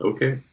Okay